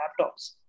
laptops